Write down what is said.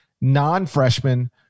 non-freshmen